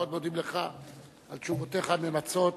אנחנו מאוד מודים לך על תשובותיך הממצות.